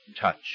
touch